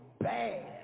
bad